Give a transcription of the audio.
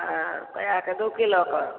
हँ सए आ के दू किलो कऽ